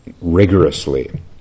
rigorously